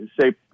say